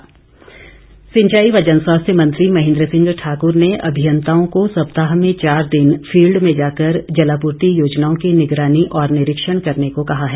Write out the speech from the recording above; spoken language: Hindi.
महेंद्र ठाकुर सिंचाई व जनस्वास्थ्य मंत्री महेंद्र सिंह ठाकुर ने अभियंताओं को सप्ताह में चार दिन फील्ड में जाकर जलापूर्ति योजनाओं की निगरानी और निरीक्षण करने को कहा है